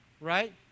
right